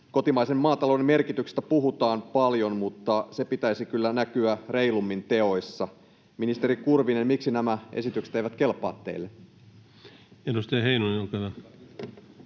Kotimaisen maatalouden merkityksestä puhutaan paljon, mutta sen pitäisi kyllä näkyä reilummin teoissa. Ministeri Kurvinen, miksi nämä esitykset eivät kelpaa teille? [Speech